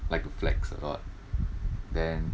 like to flex a lot then